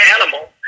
animal